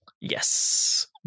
Yes